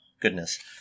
goodness